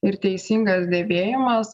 ir teisingas dėvėjimas